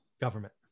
government